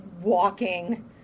Walking